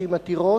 מגישים עתירות,